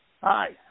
Hi